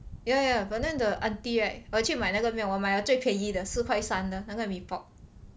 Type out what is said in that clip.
ya ya but then the auntie right 我去买那个 meal 买了最便宜的四块三的那个 mee pok